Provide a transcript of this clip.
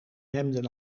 hemden